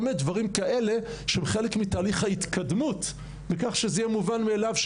כל מיני דברים כאלה שהם חלק מתהליך ההתקדמות וכך שזה יהיה מובן מאליו,